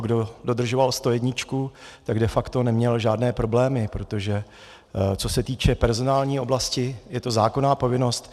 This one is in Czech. Kdo dodržoval stojedničku, tak de facto neměl žádné problémy, protože co se týče personální oblasti, je to zákonná povinnost.